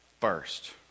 first